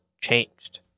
changed